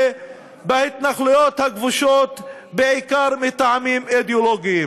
בהתנחלויות הכבושו ת בעיקר מטעמים אידיאולוגיים.